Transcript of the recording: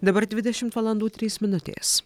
dabar dvidešimt valandų trys minutės